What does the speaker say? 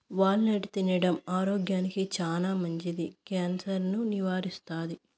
wall నట్ తినడం ఆరోగ్యానికి చానా మంచిది, క్యాన్సర్ ను నివారిస్తాది